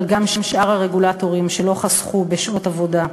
אבל גם שאר הרגולטורים שלא חסכו בשעות עבודה.